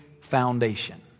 foundation